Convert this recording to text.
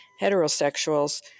heterosexuals